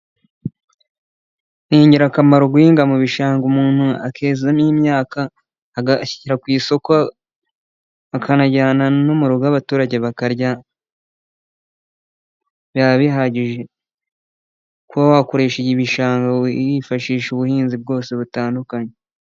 Ni ingirakamaro guhinga mu bishanga umuntu akezamo imyaka, agashyira ku isoko akanajyana no mu rugo abaturage bakarya, byaba bihagije kuba wakoresha ibishanga yifashisha ubuhinzi bwose butandukanye.